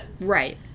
Right